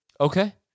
Okay